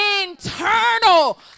internal